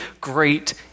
great